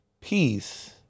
peace